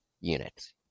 units